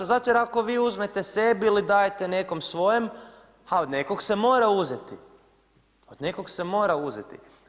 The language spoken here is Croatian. Zato jer ako vi uzmete sebi ili dajete nekom svojem, a od nekog se mora uzeti, od nekog se mora uzeti.